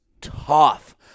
tough